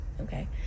okay